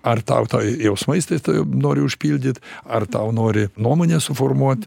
ar tau tą jausmais tais tu nori užpildyt ar tau nori nuomonę suformuot